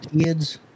kids